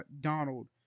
donald